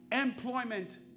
Employment